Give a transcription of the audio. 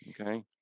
okay